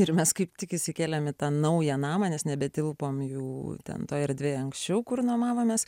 ir mes kaip tik įsikėlėm į tą naują namą nes nebetilpom jau ten toje erdvėje anksčiau kur nuo mavomės